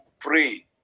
pray